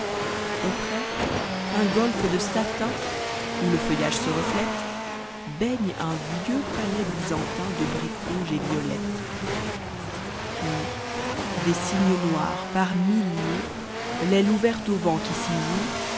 auprès an goife de satin ou le feaiitage se reflète baigne un vieux palais byzantin de brique rouge et violette puis des cygnes noirs par miniers l'aiie ouverte au vent qui s'y